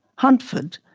huntford,